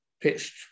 pitched